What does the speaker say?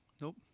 nope